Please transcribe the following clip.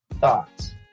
thoughts